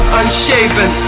unshaven